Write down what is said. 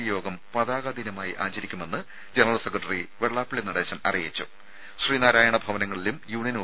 P യോഗം പതാകദിനമായി ആചരിക്കുമെന്ന് ജനറൽ സെക്രട്ടറി വെള്ളാപ്പള്ളി നടേശൻ ശ്രീനാരായണ ഭവനങ്ങളിലും യൂണിയൻ അറിയിച്ചു